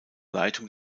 leitung